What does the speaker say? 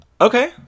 okay